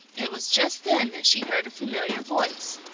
it was just then that she heard a familiar voice.